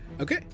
Okay